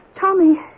Tommy